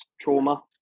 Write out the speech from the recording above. trauma